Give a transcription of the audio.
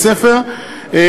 הם סוגרים את מחלקת החינוך בארגון,